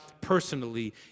personally